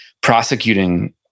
prosecuting